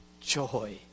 joy